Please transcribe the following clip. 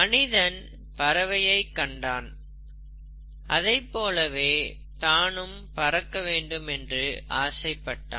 மனிதன் பறவையைக் கண்டான் அதைப் போலவே தானும் பறக்க வேண்டும் என்று ஆசைப்பட்டான்